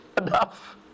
enough